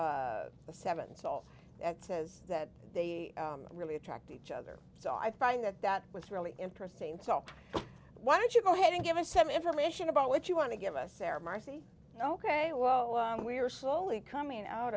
the seven salt that says that they really attract each other so i find that that was really interesting so why don't you go ahead and give us some information about what you want to give us their marci ok well we are slowly coming out